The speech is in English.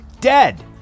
dead